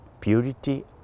purity